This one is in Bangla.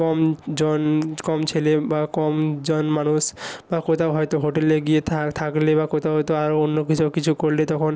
কমজন কম ছেলে বা কমজন মানুষ বা কোথাও হয়তো হোটেলে গিয়ে থাকলে বা কোথাও হয়তো আরো অন্য কীসব কিছু করলে তখন